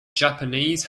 japanese